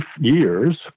years